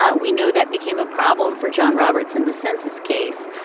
ah we know that became a problem for john roberts in the census case.